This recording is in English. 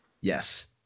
Yes